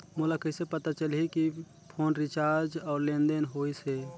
मोला कइसे पता चलही की फोन रिचार्ज और लेनदेन होइस हे?